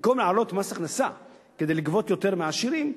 במקום להעלות מס הכנסה כדי לגבות יותר מהעשירים,